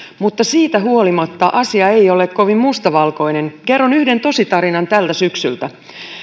mutta siitä huolimatta asia ei ole kovin mustavalkoinen kerron yhden tositarinan tältä syksyltä